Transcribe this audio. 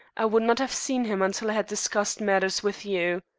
i would not have seen him until i had discussed matters with you.